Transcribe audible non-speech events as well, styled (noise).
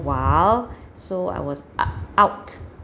wild (breath) so I was uh out